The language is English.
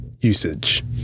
usage